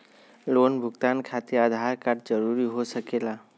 Loan भुगतान खातिर Aadhaar card जरूरी हो सके ला?